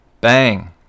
Bang